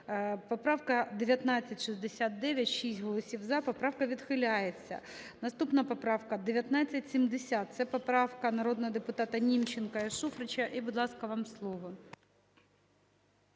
Поправка 1969: шість голосів "за", поправка відхиляється. Наступна поправка 1970. Це поправка народного депутата Німченка і Шуфрича. І будь ласка, вам слово.